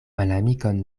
malamikon